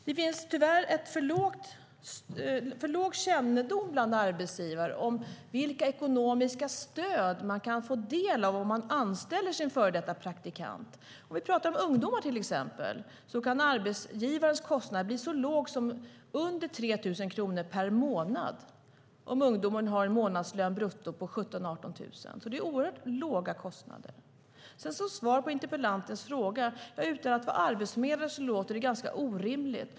Det finns tyvärr för låg kännedom bland arbetsgivare om vilka ekonomiska stöd man kan få del av om man anställer sin före detta praktikant. Om vi pratar om ungdomar till exempel kan jag peka på att arbetsgivarens kostnad kan bli så låg som under 3 000 kronor per månad om ungdomen har en månadslön brutto på 17 000-18 000. Det är oerhört låga kostnader. Som svar på interpellantens fråga kan jag utan att vara arbetsförmedlare säga att det låter ganska orimligt.